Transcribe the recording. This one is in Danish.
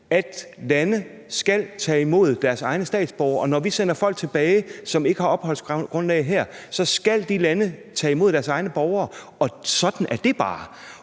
at lande skal tage imod deres egne statsborgere, og når vi sender folk tilbage, som ikke har opholdsgrundlag her, skal de lande tage imod deres egne borgere, og sådan er det bare.